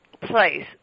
place